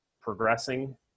progressing